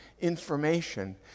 information